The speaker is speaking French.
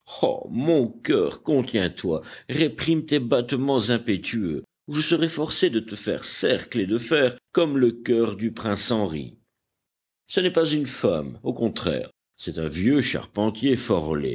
ô mon cœur contiens toi réprime tes battements impétueux ou je serai forcé de te faire cercler de fer comme le cœur du prince henri ce n'est pas une femme au contraire c'est un vieux charpentier fort